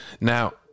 Now